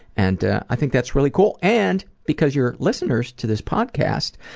and i think that's really cool. and because you're listeners to this podcast,